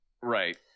Right